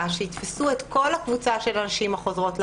שיתפסו את כל הקבוצה של הנשים החוזרות לעבודה.